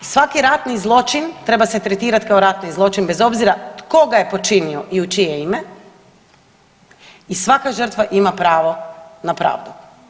I sve ono, svaki ratni zločin treba se tretirati kao ratni zločin bez obzira tko ga je počinio i u čije ime i svaka žrtva ima pravo na pravdu.